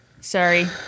Sorry